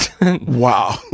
Wow